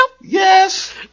yes